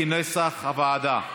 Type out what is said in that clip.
כנוסח הוועדה.